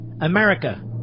America